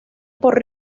por